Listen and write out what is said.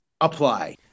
apply